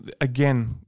again